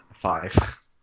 Five